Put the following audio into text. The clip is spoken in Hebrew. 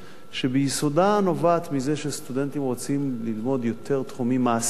שביסודה נובעת מרצונם של הסטודנטים ללמוד תחומים "מעשיים",